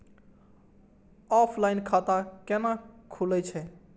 Offline खाता कैना खुलै छै?